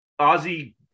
Ozzy